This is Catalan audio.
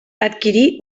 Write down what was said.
adquirí